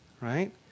right